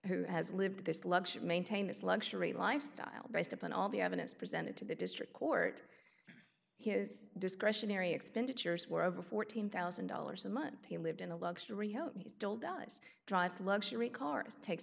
who has lived this luxury maintain this luxury lifestyle based upon all the evidence presented to the district court his discretionary expenditures where over fourteen thousand dollars a month he lived in a luxury hotel he still does drives luxury cars takes